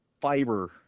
fiber